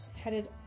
headed